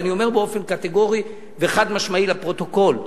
אז אני אומר באופן קטגורי וחד-משמעי לפרוטוקול: